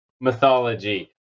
mythology